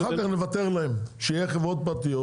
אחר כך נוותר להם, כשיהיו חברות פרטיות.